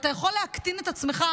ואתה יכול להקטין את עצמך,